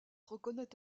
reconnaît